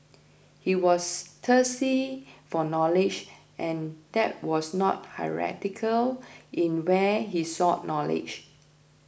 he was thirsty for knowledge and that was not hierarchical in where he sought knowledge